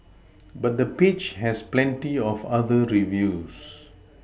but the page has plenty of other reviews